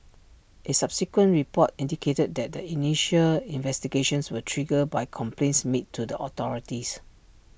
is subsequent report indicated that the initial investigations were triggered by complaints made to the authorities